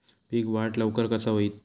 पीक वाढ लवकर कसा होईत?